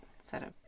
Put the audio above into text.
setup